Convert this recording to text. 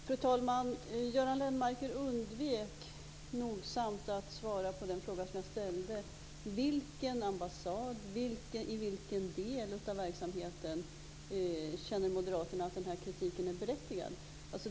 Fru talman! Göran Lennmarker undvek nogsamt att svara på den fråga som jag ställde. I vilken del av verksamheten känner moderaterna att den här kritiken är berättigad?